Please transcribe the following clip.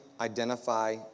identify